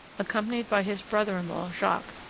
accompanied by his brother-in-law jacques,